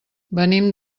venim